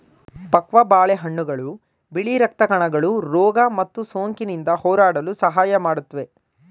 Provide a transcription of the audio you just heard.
ಪಕ್ವ ಬಾಳೆಹಣ್ಣುಗಳು ಬಿಳಿ ರಕ್ತ ಕಣಗಳು ರೋಗ ಮತ್ತು ಸೋಂಕಿನಿಂದ ಹೋರಾಡಲು ಸಹಾಯ ಮಾಡುತ್ವೆ